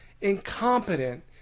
incompetent